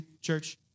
church